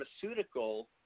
pharmaceutical